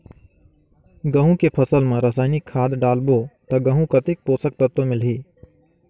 गंहू के फसल मा रसायनिक खाद डालबो ता गंहू कतेक पोषक तत्व मिलही?